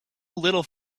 little